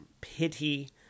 pity